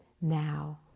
now